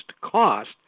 cost